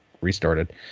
restarted